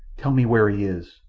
tell me where he is.